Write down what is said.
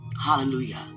Hallelujah